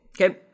Okay